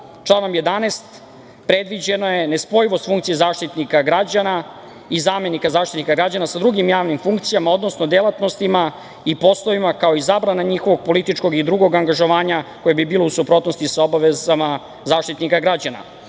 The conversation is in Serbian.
11. predviđena je nespojivost funkcije Zaštitnika građana i zamenika Zaštitnika građana sa drugim javnim funkcijama, odnosno delatnostima i poslovima, kao i zabrana njihovog političkog i drugog angažovanja koje bi bilo u suprotnosti sa obavezama Zaštitnika građana.